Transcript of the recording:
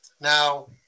Now